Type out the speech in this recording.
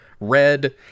Red